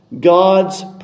God's